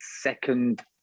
second